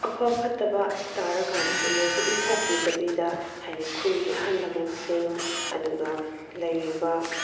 ꯑꯐ ꯐꯠꯇꯕ ꯇꯥꯔꯀꯥꯟꯗꯁꯨ ꯃꯣꯏꯕꯨ ꯏꯟꯊꯣꯛꯄꯤꯗꯕꯤꯗ ꯍꯥꯏꯗꯤ ꯈꯨꯟꯒꯤ ꯑꯍꯜ ꯂꯃꯅꯁꯤꯡ ꯑꯗꯨꯒ ꯂꯩꯔꯤꯕ